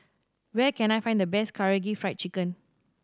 where can I find the best Karaage Fried Chicken